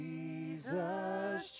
Jesus